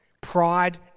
Pride